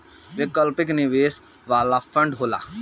वैकल्पिक निवेश वाला फंड होला